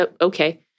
okay